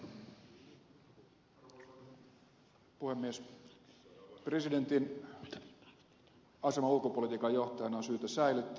presidentin asema ulkopolitiikan johtajana on syytä säilyttää